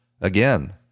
Again